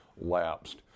lapsed